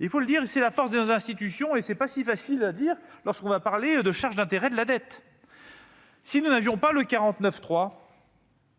il faut le dire, et c'est la force de nos institutions et c'est pas si facile à dire lorsqu'on va parler de charges d'intérêts de la dette, si nous n'avions pas le 49 3.